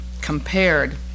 compared